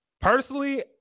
Personally